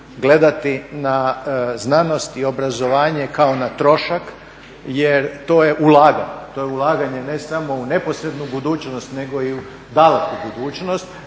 gledati na znanost i obrazovanje kao na trošak jer to je ulaganje, ne samo u neposrednu budućnost, nego i u daleku budućnost.